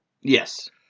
yes